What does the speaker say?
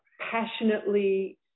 passionately